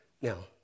Now